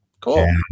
cool